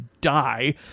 die